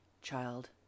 child